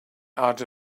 out